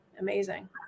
amazing